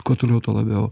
kuo toliau tuo labiau